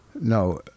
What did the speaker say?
No